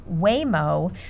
Waymo